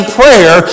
prayer